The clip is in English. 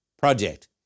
project